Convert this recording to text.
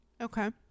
Okay